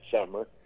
summer